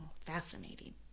Fascinating